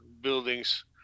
buildings